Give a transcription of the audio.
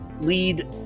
lead